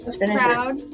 proud